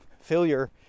failure